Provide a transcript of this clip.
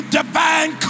divine